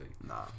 no